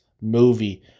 movie